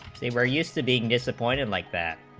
favor used to being disappointed like that